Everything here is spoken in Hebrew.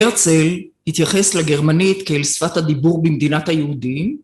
הרצל התייחס לגרמנית כאל שפת הדיבור במדינת היהודים